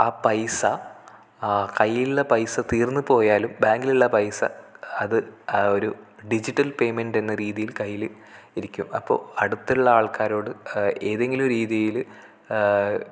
ആ പൈസ ആ കൈയ്യിലുള്ള പൈസ തീർന്നു പോയാലും ബാങ്കിലുള്ള പൈസ അത് ആ ഒരു ഡിജിറ്റൽ പെയ്മെൻറ് എന്ന രീതിയിൽ കൈയ്യിൽ ഇരിക്കും അപ്പോൾ അടുത്തുള്ള ആൾക്കാരോട് ഏതെങ്കിലും ഒരു രീതിയിൽ